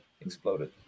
Exploded